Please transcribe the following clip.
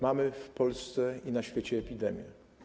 Mamy w Polsce i na świecie epidemię.